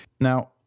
Now